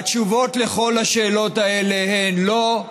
התשובות על כל השאלות האלה הן: לא,